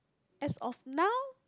as of now